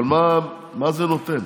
אבל מה זה נותן?